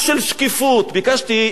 אם אני מוזמן פעם בחצי שנה,